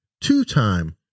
two-time